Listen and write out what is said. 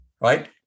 Right